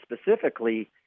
specifically